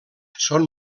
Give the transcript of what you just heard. són